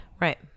Right